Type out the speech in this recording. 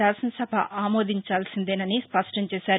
శాసనసభ ఆమోదించాల్సిందేనని స్పష్టం చేసారు